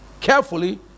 carefully